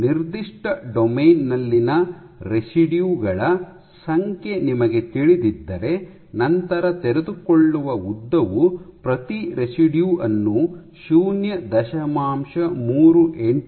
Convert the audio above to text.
ನಿರ್ದಿಷ್ಟ ಡೊಮೇನ್ ನಲ್ಲಿನ ರೆಸಿಡಿಯು ಗಳ ಸಂಖ್ಯೆ ನಿಮಗೆ ತಿಳಿದಿದ್ದರೆ ನಂತರ ತೆರೆದುಕೊಳ್ಳುವ ಉದ್ದವು ಪ್ರತಿ ರೆಸಿಡಿಯು ಅನ್ನು ಶೂನ್ಯ ದಶಮಾಂಶ ಮೂರು ಎಂಟು 0